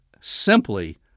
simply